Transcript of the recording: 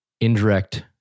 indirect